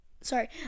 sorry